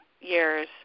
years